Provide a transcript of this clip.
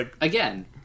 Again